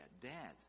Dad